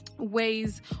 ways